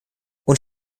uns